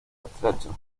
estrechos